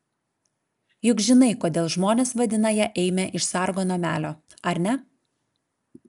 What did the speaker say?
juk žinai kodėl žmonės vadina ją eime iš sargo namelio ar ne